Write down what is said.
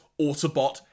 autobot